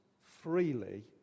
freely